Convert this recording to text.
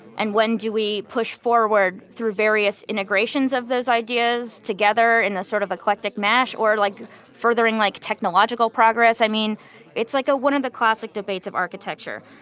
and when do we push forward through various integrations of those ideas together in a sort of eclectic mash, or like furthering like technological progress. i mean it's like ah one of the classic debates of architecture.